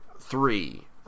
three